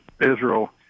Israel